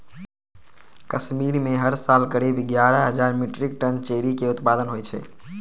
कश्मीर मे हर साल करीब एगारह हजार मीट्रिक टन चेरी के उत्पादन होइ छै